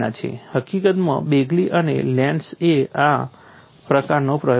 હકીકતમાં બેગલી અને લેન્ડ્સે આ પ્રકારનો પ્રયોગ કર્યો હતો